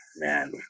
Man